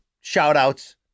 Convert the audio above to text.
shout-outs